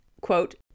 quote